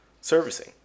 servicing